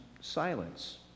silence